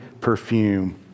perfume